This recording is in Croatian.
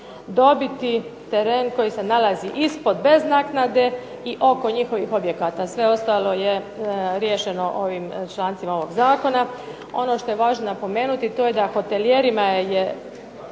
dobiti teren koji se nalazi ispod bez naknade i oko njihovih objekata. Sve ostalo je riješeno ovim člancima ovog zakona. Ono što je važno napomenuti to je da hotelijerima je